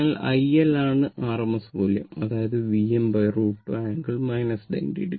അതിനാൽ iL ആണ് rms മൂല്യം അതായത് Vm√ 2 ആംഗിൾ 90o